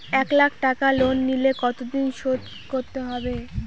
এক লাখ টাকা লোন নিলে কতদিনে শোধ করতে হবে?